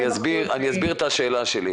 אני אסביר את השאלה שלי.